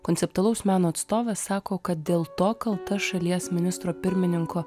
konceptualaus meno atstovas sako kad dėl to kalta šalies ministro pirmininko